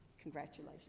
Congratulations